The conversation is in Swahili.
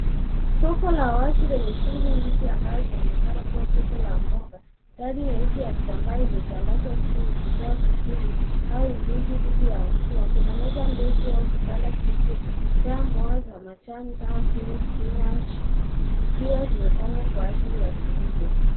Soko la wazi lenye shughuli nyingi ambalo linaonekana kuwa soko la mboga. Dari nyeusi ya kitambaa imetadazwa juu ukitoa kivuli au ulinzi dhidi ya mvua. Kuna meza ndefu au vibanda vilivyojaa mboga za majani kama vile spinach , zikiwa zimepangwa kwa ajili ya kuuzwa.